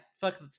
fuck